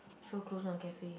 sure closed one cafe